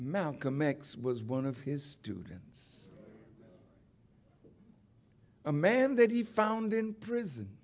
malcolm x was one of his students a man that he found in prison